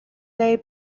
day